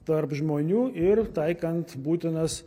tarp žmonių ir taikant būtinas